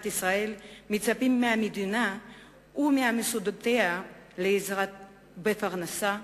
ישראל מצפים מהמדינה וממוסדותיה לעזרה בפרנסה,